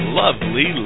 lovely